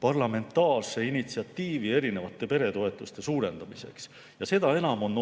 parlamentaarse initsiatiivi erinevate peretoetuste suurendamiseks. Seda enam on